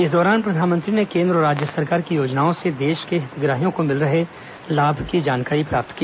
इस दौरान प्रधानमंत्री ने केन्द्र और राज्य सरकार की योजनाओं से देश के हितग्राहियों को मिल रहे लाभ की जानकारी प्राप्त की